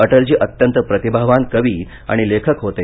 अटलजी अत्यंत प्रतिभावान कवी आणि लेखक होते